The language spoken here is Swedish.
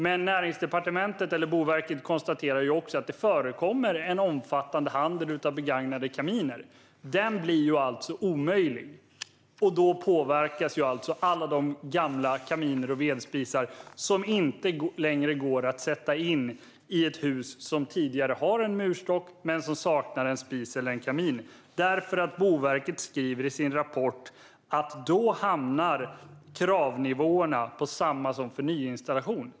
Å andra sidan konstaterar Boverket också att det förekommer en omfattande handel av begagnade kaminer, något som blir omöjligt eftersom det inte går att sätta in gamla kaminer och vedspisar i hus som har en murstock men som saknar en spis eller en kamin, för Boverket skriver ju i sin rapport att då hamnar kraven på samma nivå som för nyinstallation.